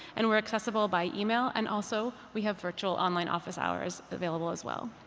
and we're accessible by email. and also, we have virtual online office hours available, as well.